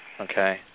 Okay